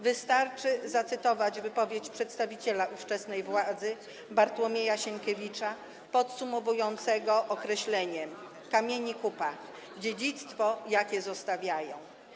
Wystarczy zacytować wypowiedź przedstawiciela ówczesnej władzy Bartłomieja Sienkiewicza podsumowującego określeniem „kamieni kupa” dziedzictwo, jakie zostawiają.